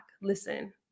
listen